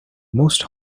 most